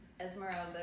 Esmeralda